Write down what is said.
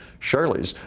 shirley's.